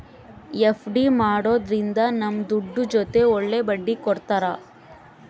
FD ಮಾಡೋದ್ರಿಂದ ನಮ್ ದುಡ್ಡು ಜೊತೆ ಒಳ್ಳೆ ಬಡ್ಡಿ ಕೊಡ್ತಾರ